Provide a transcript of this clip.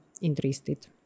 interested